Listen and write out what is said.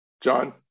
John